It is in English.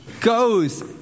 goes